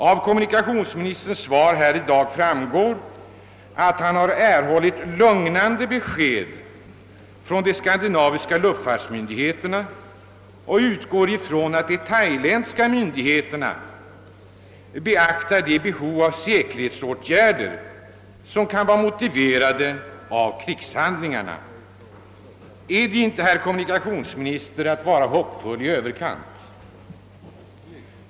Av kommunikationsministerns svar framgår att han erhållit lugnande besked av de skandinaviska luftfartsmyndigheterna och utgår från att de thailändska myndigheterna beaktar de behov av säkerhetsåtgärder som kan vara motiverade av krigshandlingarna. Är inte detta, herr kommunikationsminister, att vara hoppfull i överkant?